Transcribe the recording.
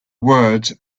words